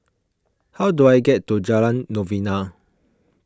how do I get to Jalan Novena